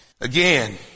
Again